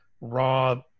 raw